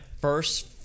first